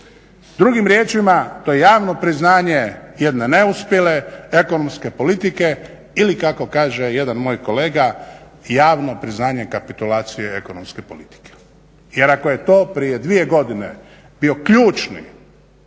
Drugim riječima, to je javno priznanje jedne neuspjele ekonomske politike ili kako kaže jedan moj kolega javno priznanje kapitulacije ekonomske politike. Jer ako je to prije dvije godine bio ključni